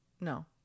No